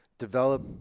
Develop